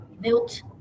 built